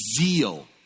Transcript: zeal